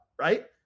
Right